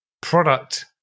product